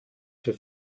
für